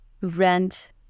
rent